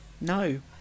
No